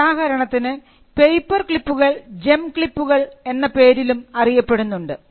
ഉദാഹരണത്തിന് പേപ്പർ ക്ലിപ്പുകൾ ജെം ക്ലിപ്പുകൾ എന്ന പേരിലും അറിയപ്പെടുന്നുണ്ട്